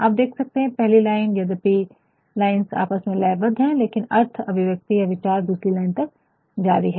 आप देख सकते है पहली लाइन यदीपि लाइन्स आपस में लयबद्ध है लेकिन अर्थ अभिव्यक्ति या विचार दूसरी लाइन तक जारी है